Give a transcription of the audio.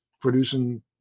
producing